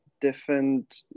different